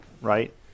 right